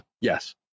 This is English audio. Yes